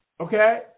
Okay